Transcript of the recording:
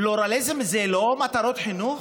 פלורליזם זה לא מטרות חינוך?